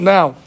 Now